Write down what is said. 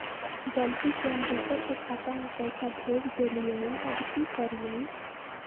गलती से हम दुसर के खाता में पैसा भेज देलियेई, अब की करियई?